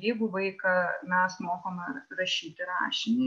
jeigu vaiką mes mokome rašyti rašinį